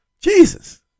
Jesus